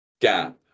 gap